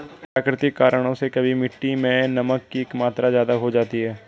प्राकृतिक कारणों से कभी मिट्टी मैं नमक की मात्रा ज्यादा हो जाती है